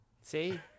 See